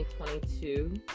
2022